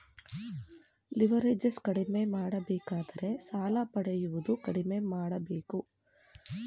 leverage ಕಡಿಮೆ ಮಾಡಬೇಕಾದರೆ ಸಾಲ ಪಡೆಯುವುದು ಕಡಿಮೆ ಮಾಡಬೇಕು